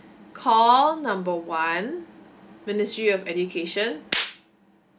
call number one ministry of education